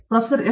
professor S